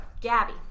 Gabby